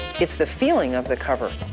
it's the feeling of the cover.